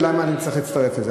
למה אני אצטרך לזה?